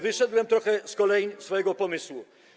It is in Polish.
Wyszedłem trochę z kolein swojego pomysłu.